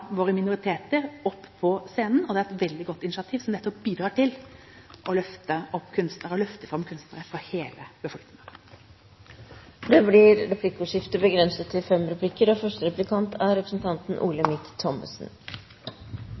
våre minoriteter opp på scenen, og det er et veldig godt initiativ som nettopp bidrar til å løfte fram kunstnere fra hele befolkningen. Det blir replikkordskifte. Det gleder meg at statsråden synes at dette er